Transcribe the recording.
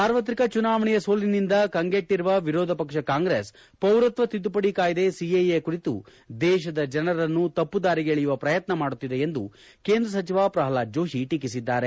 ಸಾರ್ವತ್ರಿಕ ಚುನಾವಣೆಯ ಸೋಲಿನಿಂದ ಕಂಗೆಟ್ಟರುವ ವಿರೋಧ ಪಕ್ಷ ಕಾಂಗ್ರೆಸ್ ಪೌರತ್ವ ತಿದ್ದುಪಡಿ ಕಾಯಿದೆ ಸಿಎಎ ಕುರಿತು ದೇಶದ ಜನರನ್ನು ತಮ್ದ ದಾರಿಗೆ ಎಳೆಯುವ ಪ್ರಯತ್ನ ಮಾಡುತ್ತಿದೆ ಎಂದು ಕೇಂದ್ರ ಸಚವ ಪ್ರಲ್ನಾದ್ ಜೋಷಿ ಟೀಕಿಸಿದ್ದಾರೆ